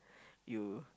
you